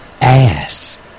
ass